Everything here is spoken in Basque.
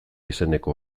izeneko